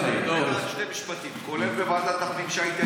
כולל בוועדת הפנים,